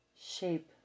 Shape